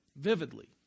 vividly